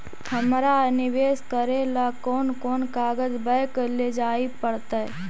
हमरा निवेश करे ल कोन कोन कागज बैक लेजाइ पड़तै?